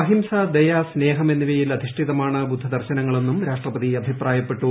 അഹിംസ ദയ സ്നേഹം എന്നിവയിൽ അധിഷ്ഠിതമാണ് ബുദ്ധദർശനങ്ങളെന്നും രാഷ്ട്രപതി അഭിപ്രായപ്പെട്ടു